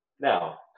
Now